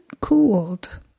cooled